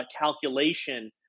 calculation